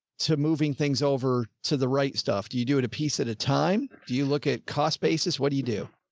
to moving things over to the right stuff. do you do it a piece at a time? do you look at cost basis? what do you do?